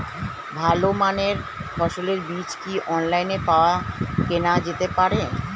ভালো মানের ফসলের বীজ কি অনলাইনে পাওয়া কেনা যেতে পারে?